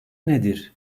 nedir